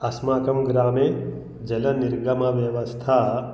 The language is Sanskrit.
अस्माकं ग्रामे जलनिर्गमव्यवस्था